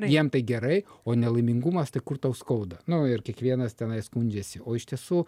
jiem tai gerai o nelaimingumas tai kur tau skauda nu ir kiekvienas tenai skundžiasi o iš tiesų